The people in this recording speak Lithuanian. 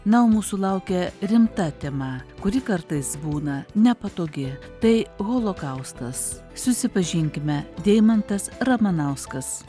na o mūsų laukia rimta tema kuri kartais būna nepatogi tai holokaustas susipažinkime deimantas ramanauskas